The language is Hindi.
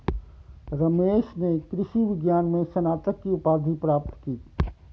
रमेश ने कृषि विज्ञान में स्नातक की उपाधि प्राप्त की